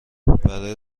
برای